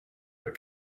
but